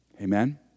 Amen